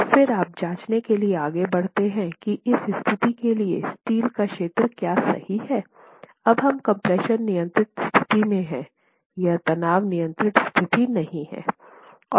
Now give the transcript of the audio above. और फिर आप जांचने के लिए आगे बढ़ते हैं कि इस स्थिति के लिए स्टील का क्षेत्र क्या सही है अब हम कम्प्रेशन नियंत्रित स्थिति में हैं यह तनाव नियंत्रित स्थिति नहीं हैं